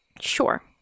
Sure